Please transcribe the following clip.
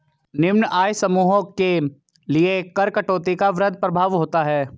निम्न आय समूहों के लिए कर कटौती का वृहद प्रभाव होता है